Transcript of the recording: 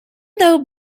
though